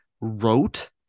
wrote